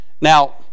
Now